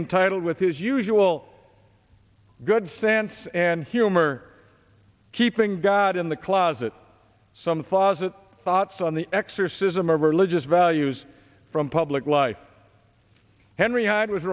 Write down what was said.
entitled with his usual good sense and humor keeping god in the closet some flaws it thoughts on the exorcism or religious values from public life henry hyde was